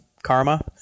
Karma